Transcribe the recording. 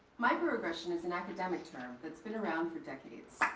microaggression is an academic term that's been around for decades.